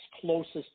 closest